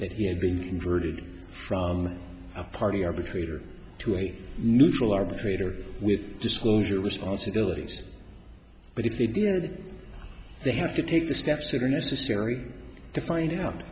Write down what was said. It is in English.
that he had been converted from a party arbitrator to a neutral arbitrator with disclosure responsibilities but if they didn't they have to take the steps that are necessary to find out